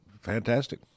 fantastic